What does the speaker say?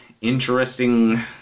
interesting